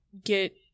get